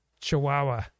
chihuahua